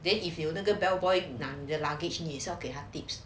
then if 有那个 bellboy 拿你的 luggage 你也是要给他 tips